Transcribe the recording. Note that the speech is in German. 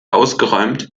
ausgeräumt